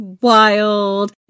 wild